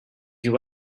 you